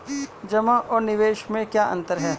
जमा और निवेश में क्या अंतर है?